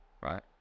Right